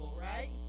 right